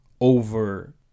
over